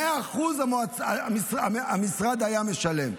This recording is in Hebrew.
100% המשרד היה משלם.